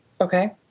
Okay